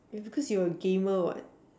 its cause you're a gamer what